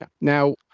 Now